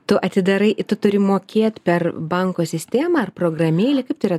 tu atidarai tu turi mokėt per banko sistemą ar programėlę kaip tai yra